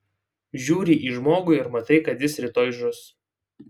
žiūri į žmogų ir matai kad jis rytoj žus